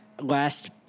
last